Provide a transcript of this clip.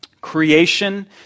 creation